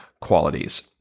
qualities